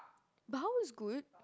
Baha was good